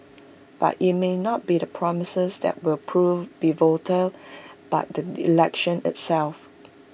but IT may not be the promises that will prove pivotal but the election itself